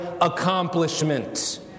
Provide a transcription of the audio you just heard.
accomplishment